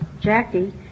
Jackie